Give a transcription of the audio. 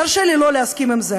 תרשה לי לא להסכים לזה.